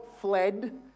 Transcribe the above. fled